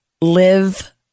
live